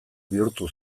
bihurtu